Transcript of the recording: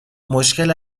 مشکل